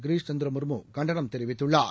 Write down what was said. கிரீஷ் சந்திரமுர்முகண்டனம் தெரிவித்துள்ளார்